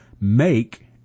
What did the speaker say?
make